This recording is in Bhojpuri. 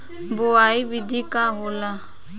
बुआई विधि का होला?